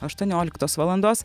aštuonioliktos valandos